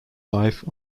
life